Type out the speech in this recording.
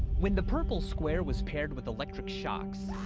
when the purple square was paired with electric shocks,